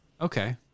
Okay